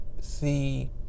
see